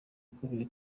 ikomeye